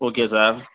okay sir